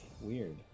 weird